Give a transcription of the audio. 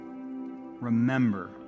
remember